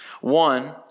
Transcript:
One